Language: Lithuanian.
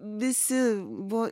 visi buvo